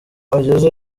ageze